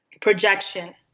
projection